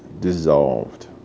dissolved